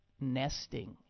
nesting